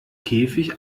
käfig